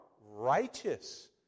righteous